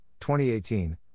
2018